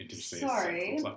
sorry